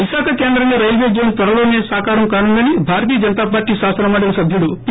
విశాఖ కేంద్రంగా railway zone త్వరలోనే సాకారం కానుందని భారతీయ జనతాపార్లీ శాసనమండలి సభ్యుడు పి